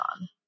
on